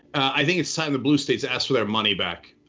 i think it's time the blue states asked for their money back.